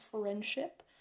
friendship